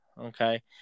okay